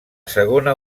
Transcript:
segona